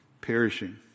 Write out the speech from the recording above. Perishing